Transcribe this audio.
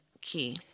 key